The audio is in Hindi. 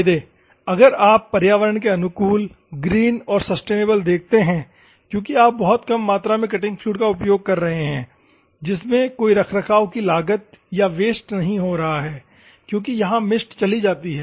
फायदे अगर आप पर्यावरण के अनुकूल ग्रीन और सस्टेनेबल देखते हैं क्योंकि आप बहुत कम मात्रा में कटिंग फ्लूइड का उपयोग कर रहे है जिससे कोई रख रखाव की लागत या वेस्ट नहीं हो रहा है क्योंकि यहां मिस्ट चली जाती है